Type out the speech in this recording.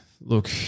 Look